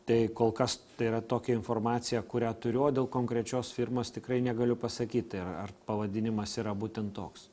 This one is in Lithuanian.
tai kol kas tai yra tokia informacija kurią turiu o dėl konkrečios firmos tikrai negaliu pasakyti ar ar pavadinimas yra būtent toks